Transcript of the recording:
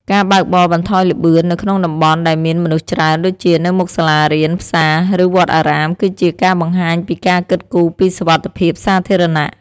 ការបើកបរបន្ថយល្បឿននៅក្នុងតំបន់ដែលមានមនុស្សច្រើនដូចជានៅមុខសាលារៀន ផ្សារ ឬវត្តអារាមគឺជាការបង្ហាញពីការគិតគូរពីសុវត្ថិភាពសាធារណៈ។